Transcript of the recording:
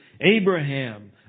Abraham